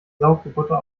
saugroboter